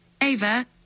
Ava